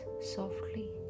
softly